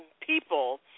people